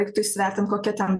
reiktų įsivertint kokia ten